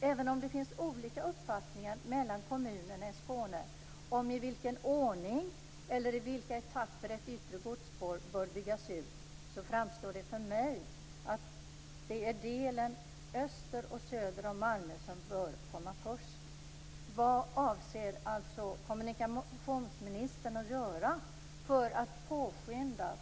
Även om det finns olika uppfattningar mellan kommunerna i Skåne om i vilken ordning eller i vilka etapper ett yttre godsspår bör byggas ut framstår det för mig som om det är delen öster och söder om Malmö som bör komma först.